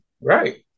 Right